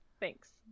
Thanks